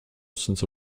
since